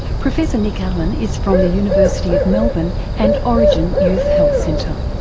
professor nick allen is from the university of melbourne and orygen youth health centre.